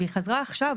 והיא חזרה עכשיו,